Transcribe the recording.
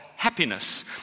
Happiness